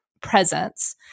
presence